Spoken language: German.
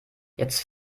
jetzt